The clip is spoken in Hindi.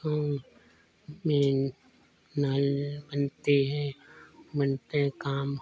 गाँव में नालियाँ बनती हैं बनते काम